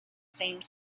same